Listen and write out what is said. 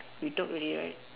you talk already right